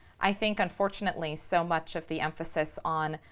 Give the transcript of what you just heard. i think unfortunately, so much of the emphasis on